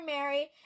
Mary